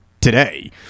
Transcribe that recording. today